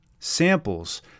samples